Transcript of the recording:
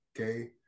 Okay